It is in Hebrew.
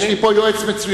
יש לי פה יועץ מצוין,